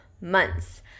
months